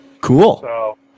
Cool